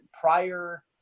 prior